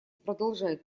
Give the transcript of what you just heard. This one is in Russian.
продолжает